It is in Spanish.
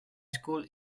school